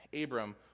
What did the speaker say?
Abram